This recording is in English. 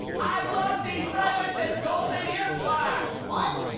i love these silence is golden earplugs! what?